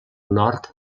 nord